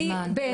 לילך, את